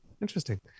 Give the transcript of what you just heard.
interesting